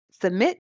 submit